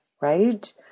right